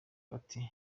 bati